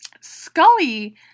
Scully